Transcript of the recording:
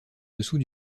dessous